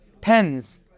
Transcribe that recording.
pens